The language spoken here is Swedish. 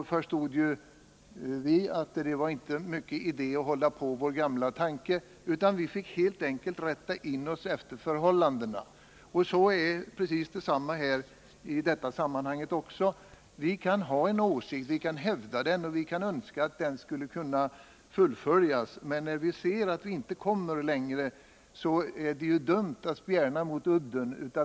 Vi förstod då att det inte var stor idé att hålla på vår gamla linje, utan vi fick helt enkelt rätta oss efter förhållandena. Precis på samma sätt är det i detta sammanhang. Vi kan ha en åsikt, vi kan hävda den, och vi kan önska att den skall kunna fullföljas. Men när vi ser att vi inte kommer längre, så är det dumt att spjärna mot udden.